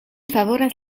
favoras